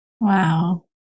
Wow